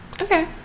Okay